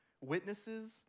witnesses